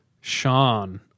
Sean